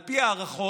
על פי ההערכות,